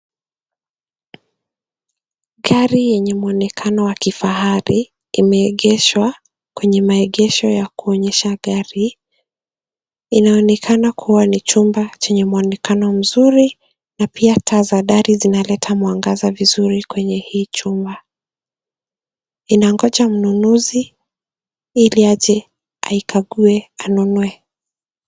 Gari yenye mwonekano wa kifahari limeegeshwa kwenye maegesho ya kuonyesha gari. Inaonekana kuwa ni chumba chenye mwonekano mzuri na pia taa za dari zinaleta mwangaza vizuri kwenye hii chumba. Inangoja mnunuzi ili aje aikague anunue.